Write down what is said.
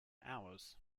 hours